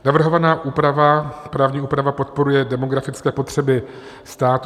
Navrhovaná právní úprava podporuje demografické potřeby státu.